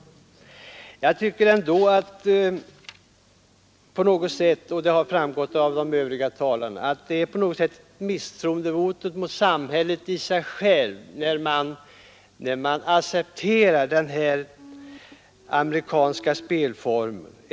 Men jag tycker ändå — och det har också framgått av vad tidigare talare sagt — att det på något sätt är ett misstroendevotum mot samhället självt, när man accepterar denna amerikanska spelform.